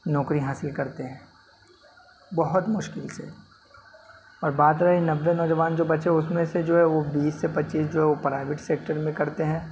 نوکری حاصل کرتے ہیں بہت مشکل سے اور بات رہی نبے نوجوان جو بچے اس میں سے جو ہے وہ بیس سے پچیس جو پرائیویٹ سیکٹر میں کرتے ہیں